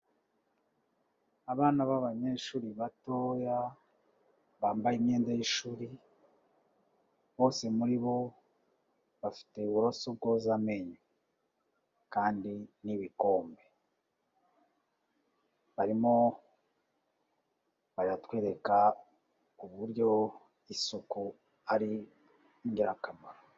Abana b'abanyeshuri batoya bambaye imyenda y'ishuri. Bose muri bo bafite uburoso bwoza amenyo kandi n'ibikombe. Barimo baratwereka uburyo isuku ari ingirakamaro.